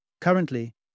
Currently